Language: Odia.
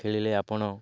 ଖେଳିଲେ ଆପଣ